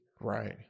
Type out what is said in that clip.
Right